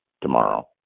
tomorrow